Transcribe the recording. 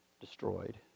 destroyed